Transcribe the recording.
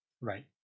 right